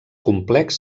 complex